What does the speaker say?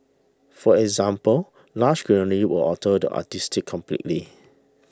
for example lush greenery will alter the artistic completely